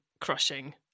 crushing